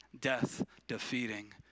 death-defeating